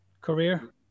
Career